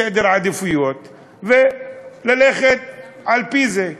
סדר עדיפויות, וללכת על-פי זה.